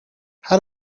how